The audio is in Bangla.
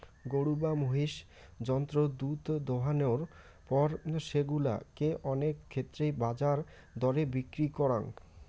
গরু বা মহিষ জন্তুর দুধ দোহানোর পর সেগুলা কে অনেক ক্ষেত্রেই বাজার দরে বিক্রি করাং